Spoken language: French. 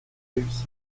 réussi